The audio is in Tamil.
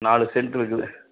நாலு செண்ட்டு இருக்குது